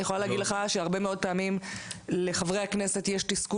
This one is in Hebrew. אני יכולה להגיד לך שהרבה מאוד פעמים לחברי הכנסת יש תסכול